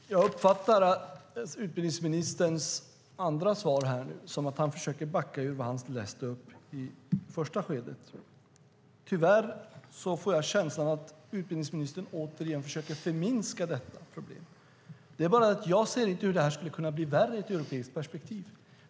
Fru talman! Jag uppfattar utbildningsministerns andra svar här nu som att han försöker backa från vad han läste upp i det första skedet. Tyvärr får jag känslan att utbildningsministern återigen försöker förminska detta problem. Det är bara det att jag inte ser hur det här skulle kunna bli värre ur ett europeiskt perspektiv.